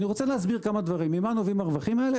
אני רוצה להסביר ממה נובעים הרווחים האלה,